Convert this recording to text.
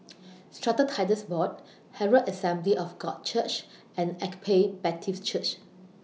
Strata Titles Board Herald Assembly of God Church and Agape Baptist Church